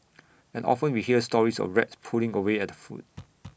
and often we hear stories of rats pulling away at the food